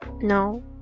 No